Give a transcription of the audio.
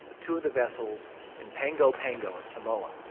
two of the vessels in pago pago and samoa.